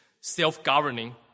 self-governing